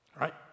right